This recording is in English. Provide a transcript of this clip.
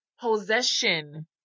possession